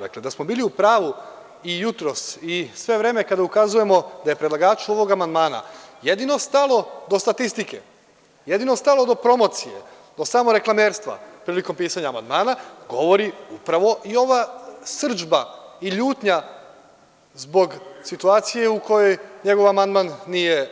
Dakle, da smo bili upravu i jutros i sve vreme kada ukazujemo da je predlagaču ovog amandmana jedino stalo do statistike, jedino stalo do promocije, do samog reklamerstva prilikom pisanja amandmana, govori upravo i ova srdžba i ljutnja zbog situacije u kojoj njegov amandman nije